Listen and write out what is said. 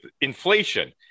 inflation